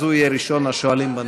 אז הוא יהיה ראשון השואלים בנושא.